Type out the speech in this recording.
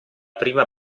prima